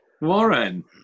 Warren